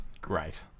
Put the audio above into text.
Great